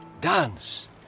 Dance